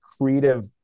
creative